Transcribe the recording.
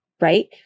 right